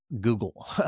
Google